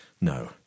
No